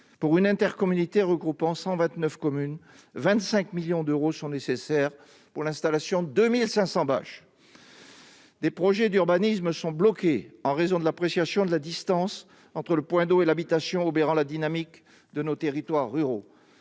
pour une intercommunalité regroupant 129 communes, 25 millions d'euros sont nécessaires pour l'installation de 2 500 bâches. Des projets d'urbanisme sont bloqués en raison d'une règle qui impose une distance minimale entre le point d'eau et l'habitation, obérant la dynamique de nos territoires ruraux.